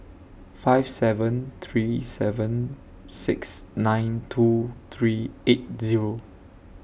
five seven three seven six nine two three eight Zero